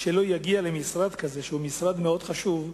שיגיע למשרד כזה, שהוא משרד מאוד מאוד חשוב,